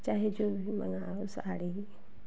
चाहे जो मंगाओ साड़ी